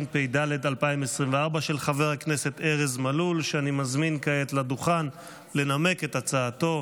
אנחנו נעבור לנושא הבא על סדר-היום הצעות חוק לדיון מוקדם.